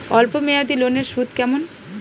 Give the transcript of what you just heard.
অল্প মেয়াদি লোনের সুদ কেমন?